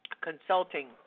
consulting